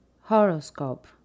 Horoscope